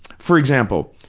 for example,